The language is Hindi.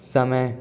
समय